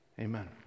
Amen